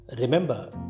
Remember